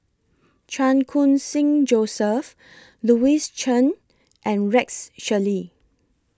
Chan Khun Sing Joseph Louis Chen and Rex Shelley